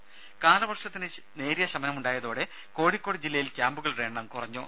രുമ കാലവർഷത്തിന് നേരിയ ശമനമുണ്ടായതോടെ കോഴിക്കോട് ജില്ലയിൽ ക്യാമ്പുകളുടെ എണ്ണം കുറഞ്ഞു